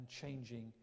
changing